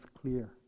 clear